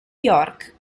york